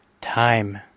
Time